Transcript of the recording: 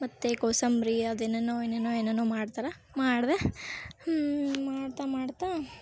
ಮತ್ತು ಕೋಸಂಬರಿ ಅದು ಏನೇನೋ ಏನೇನೋ ಏನೇನೋ ಮಾಡ್ತಾರೆ ಮಾಡಿದೆ ಮಾಡ್ತಾ ಮಾಡ್ತಾ